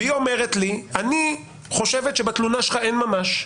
והיא אומרת לי, אני חושבת שבתלונה שלך אין ממש,